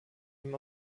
ihm